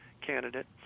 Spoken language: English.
candidate